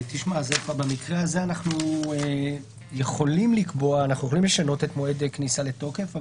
במקרה הזה אנחנו יכולים לשנות את מועד הכניסה לתוקף,